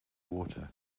water